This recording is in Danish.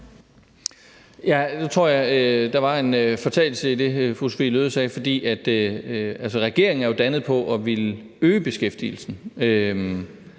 Nu tror jeg, der var en fortalelse i det, fru Sophie Løhde sagde, for regeringen er jo dannet på at ville øge beskæftigelsen.